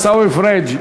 עיסאווי פריג',